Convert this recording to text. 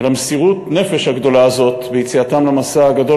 ועל מסירות הנפש הגדולה הזאת ביציאתם למסע הגדול